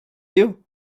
you